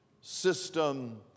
system